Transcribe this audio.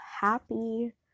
happy